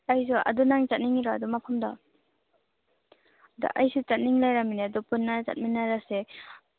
ꯑꯩꯁꯨ ꯑꯗꯨ ꯅꯪ ꯆꯠꯅꯤꯡꯉꯤꯗꯣ ꯑꯗꯨ ꯃꯐꯝꯗꯣ ꯑꯗꯣ ꯑꯩꯁꯨ ꯆꯠꯅꯤꯡ ꯂꯩꯔꯝꯃꯤꯅꯦ ꯑꯗꯣ ꯄꯨꯟꯅ ꯆꯠꯃꯤꯟꯅꯔꯁꯦ